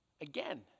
again